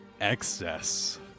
excess